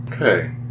Okay